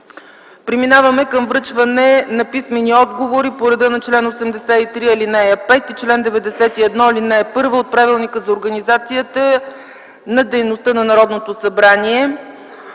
Преминаваме към връчване на писмени отговори по реда на чл. 83, ал. 5, и чл. 91, ал. 1, от Правилника за организацията и дейността на Народното събрание.